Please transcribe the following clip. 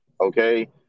Okay